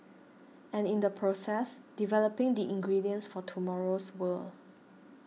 and in the process developing the ingredients for tomorrow's world